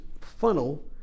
funnel